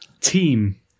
team